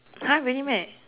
!huh! really meh